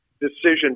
decision